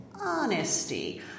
Honesty